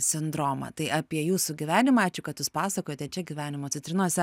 sindromą tai apie jūsų gyvenimą ačiū kad jūs pasakojate čia gyvenimo citrinose